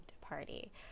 party